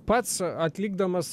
pats atlikdamas